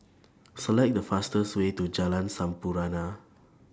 Select The fastest Way to Jalan Sampurna